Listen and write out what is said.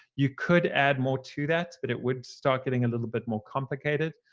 you could add more to that, but it would start getting a little bit more complicated.